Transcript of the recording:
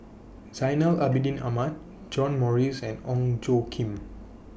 Zainal Abidin Ahmad John Morrice and Ong Tjoe Kim